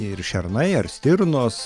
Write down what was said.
ir šernai ar stirnos